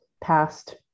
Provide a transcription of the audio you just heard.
past